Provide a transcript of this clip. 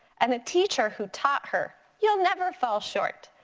and a teacher who taught her you'll never fall short.